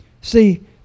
See